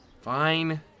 Fine